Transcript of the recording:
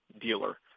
dealer